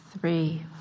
three